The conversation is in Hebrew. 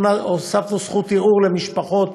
הוספנו זכות ערעור למשפחות,